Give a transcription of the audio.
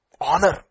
honor